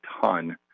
ton